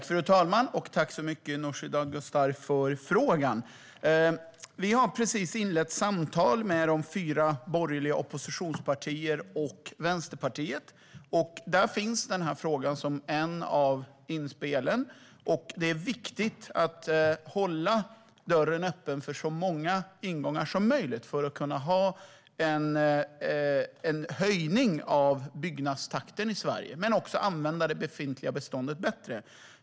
Fru talman! Tack så mycket, Nooshi Dadgostar, för frågan! Vi har precis inlett samtal med de fyra borgerliga oppositionspartierna och Vänsterpartiet. Där finns den här frågan som ett av inspelen. Det är viktigt att hålla dörren öppen för så många ingångar som möjligt för att kunna öka byggnadstakten i Sverige men också använda det befintliga beståndet bättre.